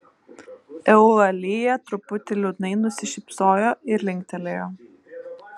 eulalija truputį liūdnai nusišypsojo ir linktelėjo